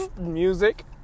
music